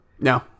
No